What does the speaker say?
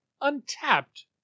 untapped